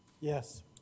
Yes